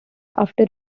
after